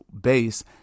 base